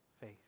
faith